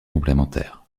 complémentaires